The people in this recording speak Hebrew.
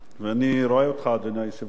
ואני רואה אותך, אדוני היושב-ראש,